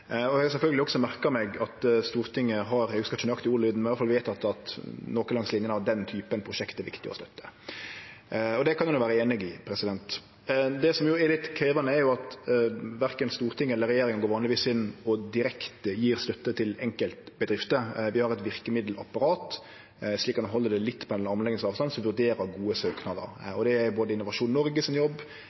har sjølvsagt også merka meg at Stortinget har vedteke – eg hugsar ikkje nøyaktig ordlyden, men det er iallfall vedteke at prosjekt av den typen er det viktig å støtte. Det kan eg vere einig i. Det som er litt krevjande, er at verken storting eller regjering går vanlegvis inn og gjev direkte støtte til enkeltbedrifter. Vi har eit verkemiddelapparat – slik at ein kan halde det litt på armlengds avstand – som vurderer gode søknader, og det er både Innovasjon Norge sin jobb,